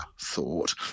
thought